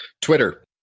Twitter